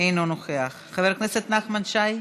אינו נוכח, חבר הכנסת נחמן שי,